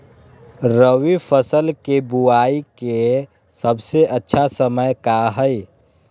रबी फसल के बुआई के सबसे अच्छा समय का हई?